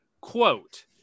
quote